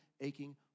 aching